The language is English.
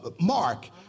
mark